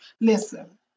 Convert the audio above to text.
listen